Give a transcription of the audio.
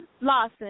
Lawson